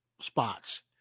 spots